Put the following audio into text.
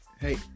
Hey